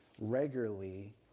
regularly